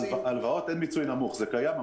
בהלוואות אין מיצוי נמוך, זה קיים.